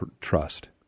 trust